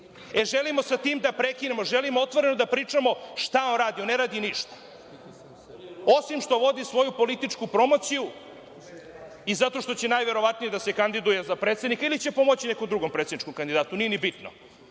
društvu. Želimo sa tim da prekinemo. Želimo otvoreno da pričamo šta on radi. On ne radi ništa, osim što vodi svoju političku promociju i zato što će najverovatnije da se kandiduje za predsednika ili će pomoći nekom drugom predsedničkom kandidatu. Nije ni bitno,